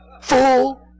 Fool